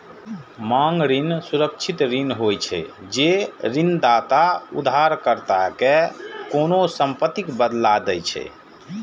मांग ऋण सुरक्षित ऋण होइ छै, जे ऋणदाता उधारकर्ता कें कोनों संपत्तिक बदला दै छै